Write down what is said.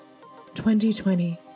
2020